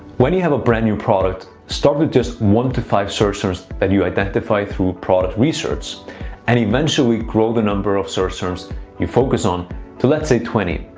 when you have a brand new product, just one to five search terms that you identify through product research and eventually grow the number of search terms you focus on to let's say twenty,